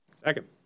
Second